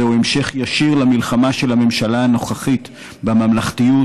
זהו המשך ישיר למלחמה של הממשלה הנוכחית בממלכתיות,